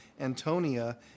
Antonia